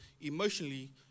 emotionally